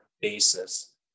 basis